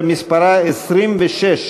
שמספרה 26,